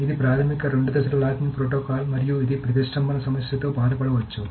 ఇది ప్రాథమిక రెండు దశల లాకింగ్ ప్రోటోకాల్ మరియు ఇది ప్రతిష్టంభన సమస్యతో బాధ పడవచ్చు